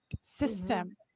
system